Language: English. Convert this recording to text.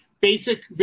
basic